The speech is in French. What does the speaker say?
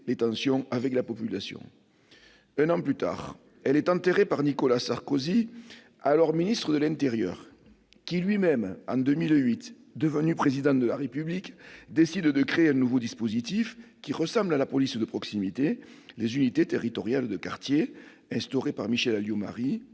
les tensions avec la population. Un an plus tard, elle fut enterrée par Nicolas Sarkozy, alors ministre de l'intérieur. Le même, devenu Président de la République, décida en 2008 de créer un nouveau dispositif qui ressemblait à la police de proximité : les unités territoriales de quartier, instaurées par Michèle Alliot-Marie,